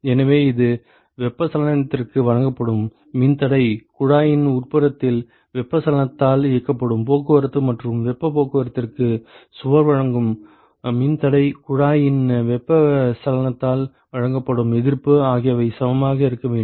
எனவே இது வெப்பச்சலனத்திற்கு வழங்கப்படும் மின்தடை குழாயின் உட்புறத்தில் வெப்பச்சலனத்தால் இயக்கப்படும் போக்குவரத்து மற்றும் வெப்பப் போக்குவரத்திற்கு சுவர் வழங்கும் மின்தடை குழாயின் வெளியே வெப்பச்சலனத்தால் வழங்கப்படும் எதிர்ப்பு ஆகியவை சமமாக இருக்க வேண்டும்